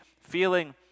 feeling